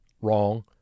wrong